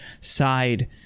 side